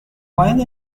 while